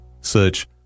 Search